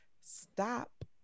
stop